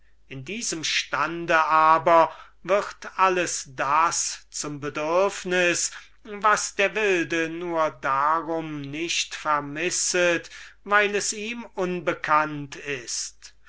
in einem solchen aber wird alles das zum bedürfnis was der wilde nur darum nicht vermisset weil es ihm unbekannt ist